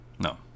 No